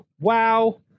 wow